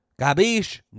Gabish